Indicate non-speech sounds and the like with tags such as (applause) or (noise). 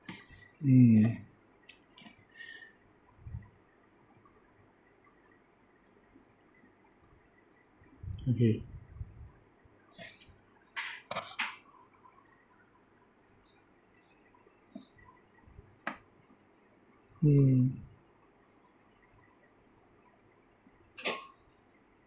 mm (breath) okay mm